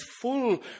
full